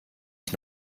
ich